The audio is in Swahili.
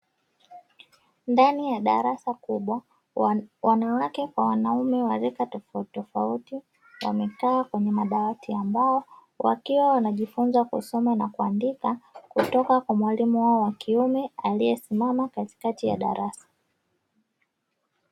Ndani ya darasa kubwa, wanawake kwa wanaume wa rika tofauti tofauti wamekaa kwenye madawati ya mbao, wakiwa wanajifunza kusoma na kuandika kutoka kwa mwalimu wao wa kiume, aliyesimama katikati ya darasa.